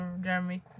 Jeremy